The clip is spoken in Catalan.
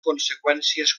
conseqüències